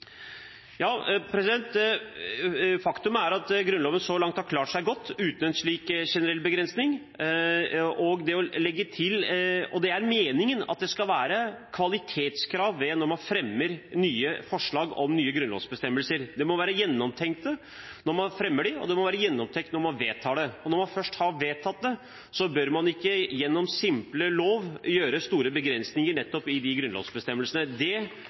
Faktum er at Grunnloven så langt har klart seg godt uten en slik generell begrensning, og det er meningen at det skal være kvalitetskrav når man fremmer forslag om nye grunnlovsbestemmelser. De må være gjennomtenkt når man fremmer dem, og de må være gjennomtenkt når man vedtar dem. Og når man først har vedtatt dem, bør man ikke gjennom simpel lov gjøre store begrensninger i grunnlovsbestemmelsene. Det